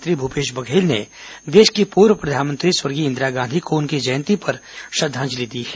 मुख्यमंत्री भूपेश बघेल ने देश की पूर्व प्रधानमंत्री स्वर्गीय इंदिरा गांधी को उनकी जयंती पर श्रद्धांजलि दी है